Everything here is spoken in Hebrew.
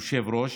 יושב-ראש,